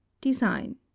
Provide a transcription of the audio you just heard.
Design